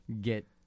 get